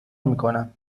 میکنم